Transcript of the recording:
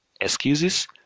excuses